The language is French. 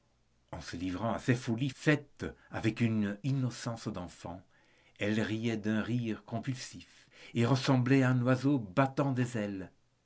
en se livrant à ses folies faites avec une innocence d'enfant elle riait d'un rire convulsif et ressemblait à un oiseau battant des ailes